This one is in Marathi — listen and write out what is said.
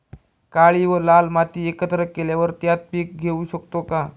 काळी व लाल माती एकत्र केल्यावर त्यात पीक घेऊ शकतो का?